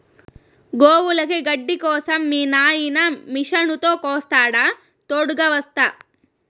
గోవులకి గడ్డి కోసం మీ నాయిన మిషనుతో కోస్తాడా తోడుగ వస్తా